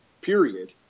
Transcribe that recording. period